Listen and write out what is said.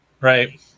Right